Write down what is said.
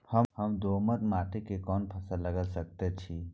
हम दोमट माटी में कोन फसल लगाबै सकेत छी?